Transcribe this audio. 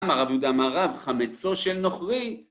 ‫אמר רב יהודה אמר רב, חמצו של נוכרי.